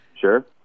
Sure